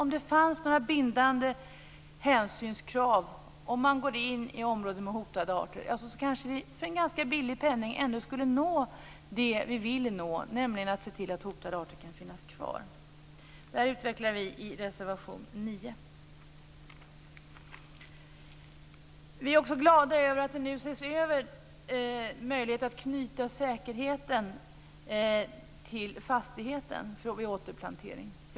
Om det fanns bindande hänsynskrav när man går in i områden med hotade arter skulle vi ändå kanske för en ganska ringa penning nå vad vi vill nå, nämligen se till att hotade arter kan finnas kvar. Detta utvecklar vi i reservation 9. Vidare är vi glada över att det nu sker en översyn av möjligheterna att vid återplantering knyta säkerheten till fastighet.